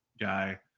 guy